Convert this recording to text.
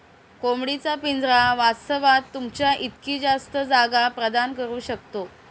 कोंबडी चा पिंजरा वास्तवात, तुमच्या इतकी जास्त जागा प्रदान करू शकतो